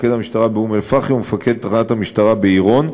מפקד המשטרה באום-אלפחם ומפקד תחנת המשטרה בעירון,